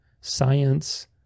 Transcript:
science